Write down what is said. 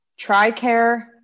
TRICARE